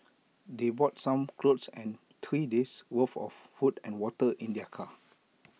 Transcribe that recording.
they brought some clothes and three days' worth of food and water in their car